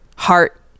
heart